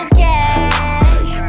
cash